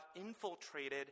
infiltrated